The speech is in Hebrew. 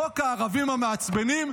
חוק הערבים המעצבנים,